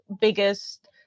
biggest